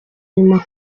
inyuma